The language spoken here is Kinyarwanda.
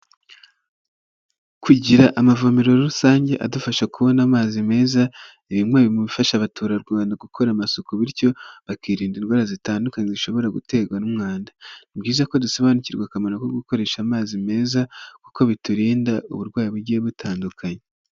Kugira amavomero rusange adufasha kubona amazi meza, n'ibimwe mu bifasha abaturarwanda gukora amasuku bityo bakirinda indwara zitandukanye zishobora guterwa n'umwanda. Ni byiza ko dusobanukirwa akamaro ko gukoresha amazi meza kuko biturinda uburwayi bugiye butandukanye.